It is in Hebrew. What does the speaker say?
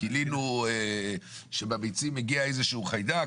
גילינו שבביצים הגיע איזה שהוא חיידק,